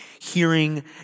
Hearing